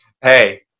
Hey